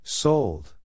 Sold